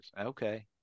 Okay